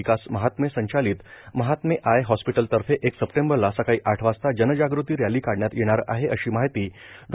विकास महात्मे संचालित महात्मे आय हॉस्पिटलतर्फे एक सप्टेंबरला सकाळी आठ वाजता जनजागृती रॅली काढण्यात येणार आहे अशी माहिती डॉ